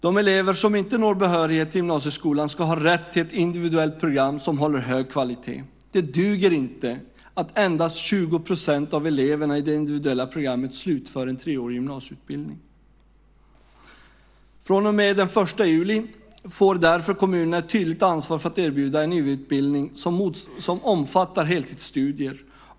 De elever som inte når behörighet till gymnasieskolan ska ha rätt till ett individuellt program som håller hög kvalitet. Det duger inte att endast 20 % av eleverna på det individuella programmet slutför en treårig gymnasieutbildning. Från och med den 1 juli får kommunerna därför ett tydligt ansvar för att erbjuda en utbildning som omfattar heltidsstudier.